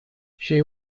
she